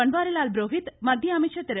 பன்வாரிலால் புரோஹித் மத்திய அமைச்சர் திரு